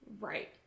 Right